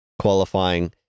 qualifying